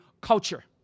culture